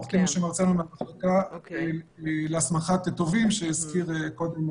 עורך דין מהמחלקה להסמכת תובעים שהזכירו קודם.